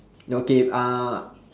okay uh